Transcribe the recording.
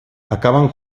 acaban